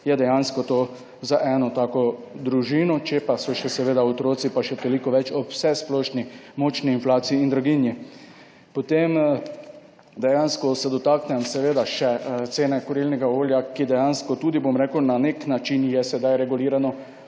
je dejansko to za eno tako družino, če pa so še seveda otroci, pa še toliko več ob vsesplošni močni inflaciji in draginji. Potem dejansko se dotaknem seveda še cene kurilnega olja, ki tudi na nek način je sedaj regulirano,